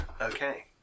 Okay